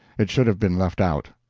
it should have been left out.